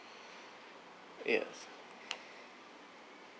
yes